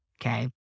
Okay